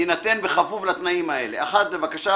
-- "(ג) תינתן בכפוף לתנאים האלה: לבקשה